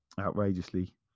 outrageously